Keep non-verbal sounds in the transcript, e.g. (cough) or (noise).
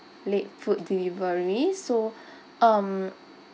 late food delivery so (breath) um